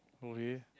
okay